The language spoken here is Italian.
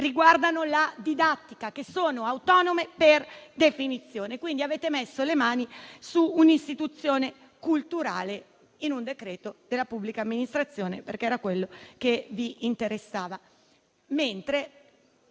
e alla didattica, che sono autonome per definizione: avete messo le mani quindi su un'istituzione culturale in un decreto della pubblica amministrazione, perché era quello che vi interessava.